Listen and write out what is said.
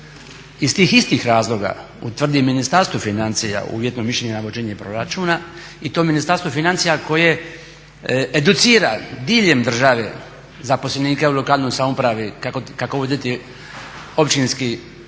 iz tih istih razloga utvrdi Ministarstvu financija uvjetno mišljenje na vođenje proračuna i to Ministarstvo financija educira diljem države zaposlenike u lokalnoj samoupravi kako voditi općinski